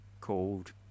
called